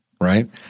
right